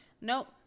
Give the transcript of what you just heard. Nope